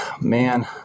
Man